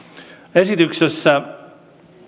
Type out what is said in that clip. esityksessä